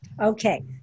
okay